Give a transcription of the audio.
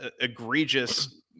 egregious